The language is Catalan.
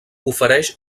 ofereix